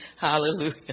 Hallelujah